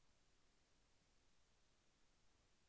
జామ పండ్లు ఎప్పుడు పండుతాయి?